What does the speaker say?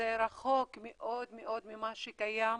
זה רחוק מאוד מאוד ממה שקיים.